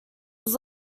was